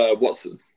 watson